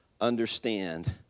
understand